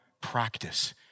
practice